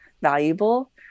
valuable